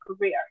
career